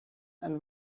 and